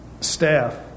staff